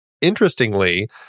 interestingly